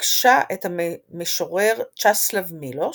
פגשה את המשורר צ'סלב מילוש,